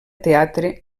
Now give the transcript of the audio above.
teatre